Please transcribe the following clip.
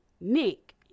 Nick